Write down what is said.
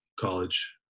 college